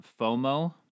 FOMO